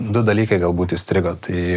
du dalykai galbūt įstrigo tai